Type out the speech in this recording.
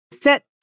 set